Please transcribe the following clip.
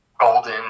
golden